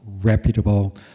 reputable